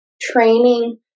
training